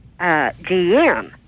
GM